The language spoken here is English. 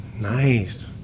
Nice